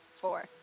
four